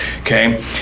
Okay